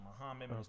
Muhammad